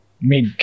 mid